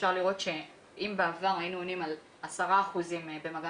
אפשר לראות שאם בעבר היינו עונים על 10 אחוזים במגע